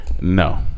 No